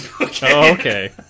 Okay